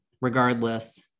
regardless